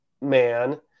man